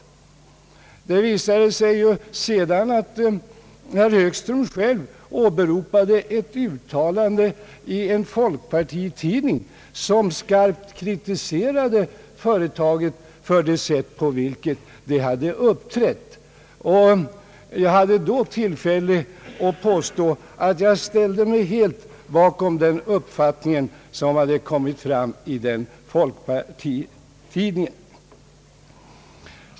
Det visade sig sedan att herr Högström själv åberopade ett uttalande i en folkpartitidning, som skarpt kritiserade företaget för det sätt på vilket det hade uppträtt. Jag hade då tillfälle att säga, att jag ställde mig helt bakom den uppfattning som hade kommit till uttryck i den ifrågavarande folkpartitidningen.